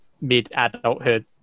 mid-adulthood